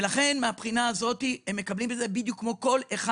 כך שהם מקבלים את הדברים האלה בדיוק כמו כל אחד